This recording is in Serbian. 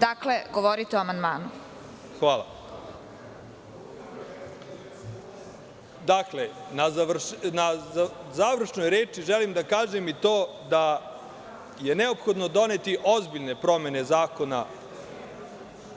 Dakle, govorite o amandmanu.) Dakle, na završnoj reči želim da kažem i to da je neophodno doneti ozbiljne promene zakona